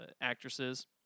actresses